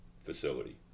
facility